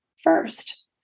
first